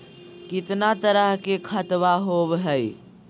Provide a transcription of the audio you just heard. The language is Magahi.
कितना तरह के खातवा होव हई?